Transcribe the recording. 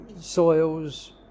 soils